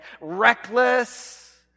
reckless